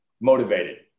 Motivated